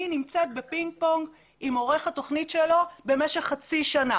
נמצאת בפינג פונג עם עורך התוכנית שלו במשך חצי שנה